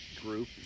group